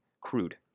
Crude